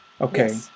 Okay